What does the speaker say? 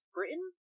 Britain